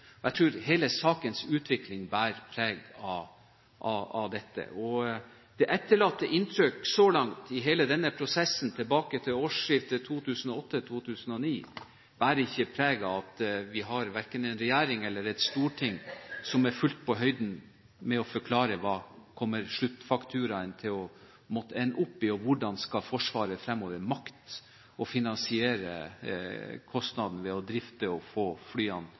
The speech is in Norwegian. Jeg tror hele sakens utvikling bærer preg av dette. Det etterlatte inntrykk så langt i hele denne prosessen tilbake til årsskiftet 2008/2009, bærer ikke preg av at vi har verken en regjering eller et storting som er fullt på høyde når det gjelder å forklare hva sluttfakturaen kommer til å ende opp på, og hvordan Forsvaret fremover skal makte å finansiere kostnaden ved å drifte og få